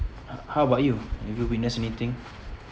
ho~ how about you have you witnessed anything